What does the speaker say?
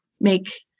make